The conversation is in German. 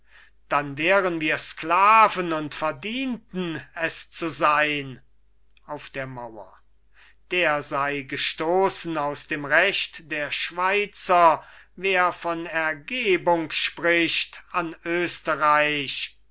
dann wären wir sklaven und verdienten es zu sein auf der mauer der sei gestossen aus dem recht der schweizer wer von ergebung spricht an